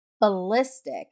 ballistic